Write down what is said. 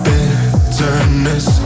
Bitterness